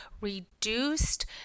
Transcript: reduced